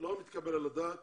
לא מתקבל על הדעת